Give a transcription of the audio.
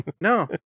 No